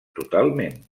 totalment